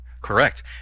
Correct